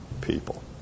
people